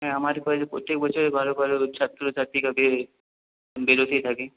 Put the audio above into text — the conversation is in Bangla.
হ্যাঁ আমাদের কলেজে প্রত্যেক বছরই ভালো ভালো ছাত্র ছাত্রীরা বেরোয় বেরোতে থাকে